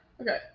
Okay